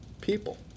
people